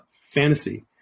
fantasy